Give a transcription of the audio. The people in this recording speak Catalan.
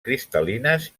cristal·lines